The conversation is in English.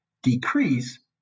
decrease